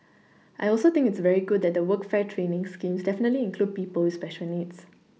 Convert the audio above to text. I also think it's very good that the workfare training schemes definitively include people with special needs